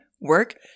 work